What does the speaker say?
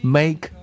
make